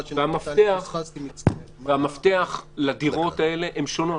המפתח לדירות האלה שונה.